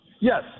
Yes